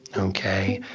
okay?